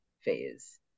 phase